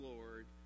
Lord